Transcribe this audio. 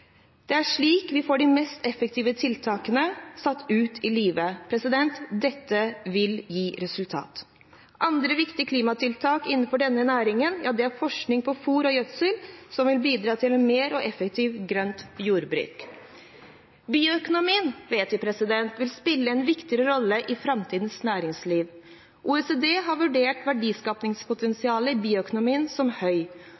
Det er slik vi får de mest effektive tiltakene satt ut i livet. Dette vil gi resultat. Andre viktige klimatiltak innenfor denne næringen er forskning på fôr og gjødsel som vil bidra til et grønnere og mer effektivt jordbruk. Bioøkonomien vet vi vil spille en viktigere rolle i framtidens næringsliv. OECD har vurdert